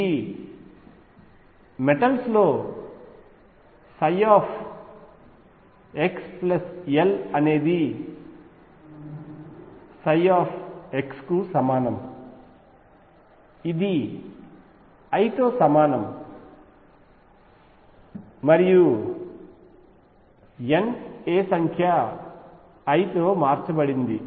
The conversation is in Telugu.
ఇది మెటల్స్ లోxl అనేది xకు సమానం ఇది l తో సమానం మరియు ఇది N a సంఖ్య l తో మార్చబడింది